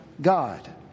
God